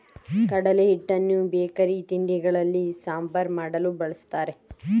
ಕಡಲೆ ಹಿಟ್ಟನ್ನು ಬೇಕರಿ ತಿಂಡಿಗಳಲ್ಲಿ, ಸಾಂಬಾರ್ ಮಾಡಲು, ಬಳ್ಸತ್ತರೆ